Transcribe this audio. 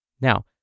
Now